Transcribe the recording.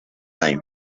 time